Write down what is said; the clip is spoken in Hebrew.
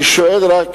אני שואל רק: